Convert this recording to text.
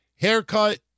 Haircut